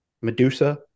Medusa